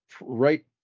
right